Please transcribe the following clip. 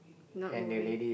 not moving